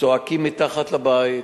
צועקים מתחת לבית,